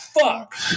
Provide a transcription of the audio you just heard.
fuck